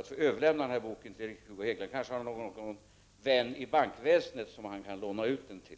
att få överlämna boken till Hugo Hegeland. Han har kanske någon vän i bankväsendet som han kan låna ut den till.